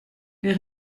des